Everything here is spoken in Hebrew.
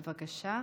בבקשה.